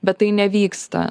bet tai nevyksta